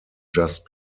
just